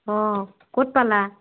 অঁ ক'ত পালা